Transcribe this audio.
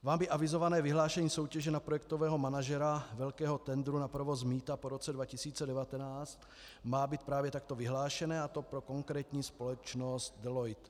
Vámi avizované vyhlášení soutěže na projektového manažera velkého tendru na provoz mýta po roce 2019 má být právě takto vyhlášené, a to pro konkrétní společnost Deloitte.